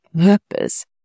purpose